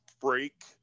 break